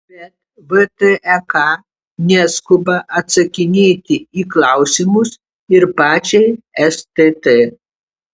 bet vtek neskuba atsakinėti į klausimus ir pačiai stt